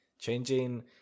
Changing